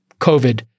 COVID